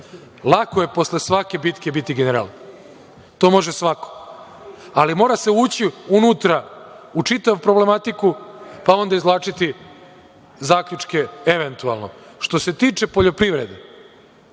Lako je posle svake bitke biti general. To može svako, ali se mora ući unutra u čitavu problematiku pa onda izvlačiti zaključke eventualno. Što se tiče poljoprivrede